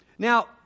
Now